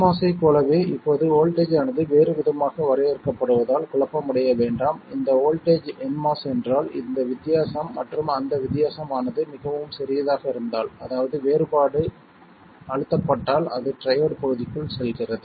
nMOS ஐப் போலவே இப்போது வோல்ட்டேஜ் ஆனது வேறுவிதமாக வரையறுக்கப்படுவதால் குழப்பமடைய வேண்டாம் இந்த வோல்ட்டேஜ் nMOS என்றால் இந்த வித்தியாசம் மற்றும் அந்த வித்தியாசம் ஆனது மிகவும் சிறியதாக இருந்தால் அதாவது வேறுபாடு அழுத்தப்பட்டால் அது ட்ரையோட் பகுதிக்குள் செல்கிறது